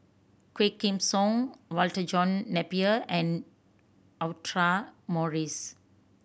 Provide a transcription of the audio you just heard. Quah Kim Song Walter John Napier and Audra Morrice